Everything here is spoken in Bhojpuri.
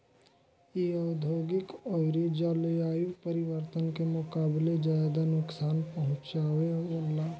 इ औधोगिक अउरी जलवायु परिवर्तन के मुकाबले ज्यादा नुकसान पहुँचावे ला